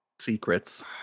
secrets